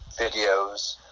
videos